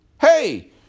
Hey